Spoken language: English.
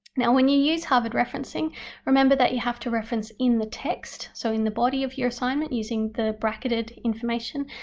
now when you use harvard referencing remember that you have to reference in the text, so in the body of your assignment using the bracketed information,